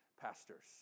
pastors